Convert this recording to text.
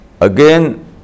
Again